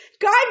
God